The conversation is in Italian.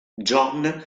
john